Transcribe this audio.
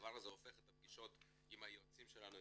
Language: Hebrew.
הדבר הזה הופך את הפגישות עם היועצים שלנו,